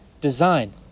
design